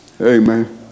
Amen